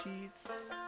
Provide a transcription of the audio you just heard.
sheets